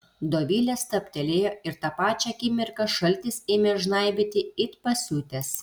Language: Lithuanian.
dovilė stabtelėjo ir tą pačią akimirką šaltis ėmė žnaibyti it pasiutęs